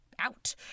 Out